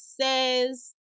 says